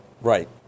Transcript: Right